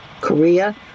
Korea